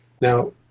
Now